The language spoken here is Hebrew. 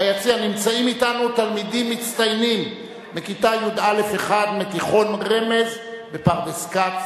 ביציע נמצאים אתנו תלמידים מצטיינים מכיתה י"א1 מתיכון "רמז" בפרדס-כץ,